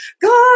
God